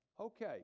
okay